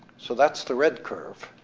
so that's the red curve,